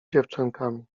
dziewczynkami